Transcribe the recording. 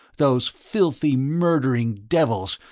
those filthy, murdering devils!